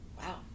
wow